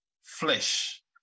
flesh